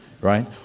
Right